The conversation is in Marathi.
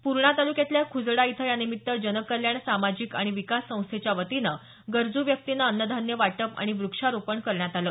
पूर्णा तालुक्यातल्या खुजडा इथं यानिमित्त जनकल्याण सामाजिक आणि विकास संस्थेच्या वतीनं गरजू व्यक्तींना अन्नधान्य वाटप आणि व्रक्षारोपण करण्यात आलं